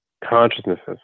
consciousnesses